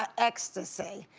ah ecstasy,